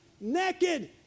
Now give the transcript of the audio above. Naked